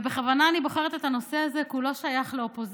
ובכוונה אני בוחרת את הנושא הזה כי הוא לא שייך לאופוזיציה,